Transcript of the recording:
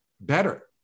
better